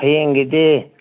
ꯐꯩꯌꯦꯡꯒꯤꯗꯤ